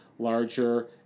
larger